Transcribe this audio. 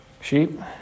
Sheep